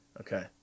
Okay